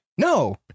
No